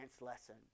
lesson